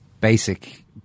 basic